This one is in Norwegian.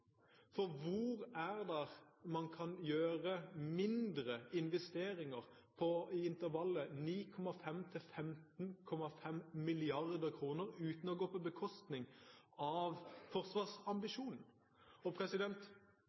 svar. Hvor er det man kan gjøre mindre investeringer i intervallet 9,5–15,5 mrd. kr, uten å gå på bekostning av forsvarsambisjonen?